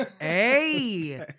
Hey